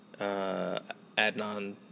Adnan